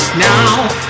now